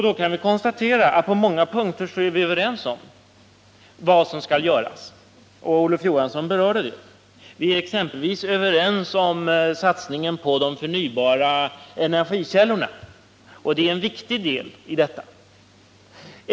Då kan vi konstatera att vi på många punkter är överens om vad som skall göras — Olof Johansson berörde det. Vi är exempelvis överens om satsningen på de förnybara energikällorna, och det är en viktig del av detta.